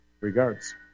Regards